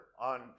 on